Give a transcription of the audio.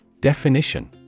Definition